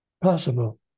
possible